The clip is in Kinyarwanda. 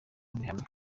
babihamya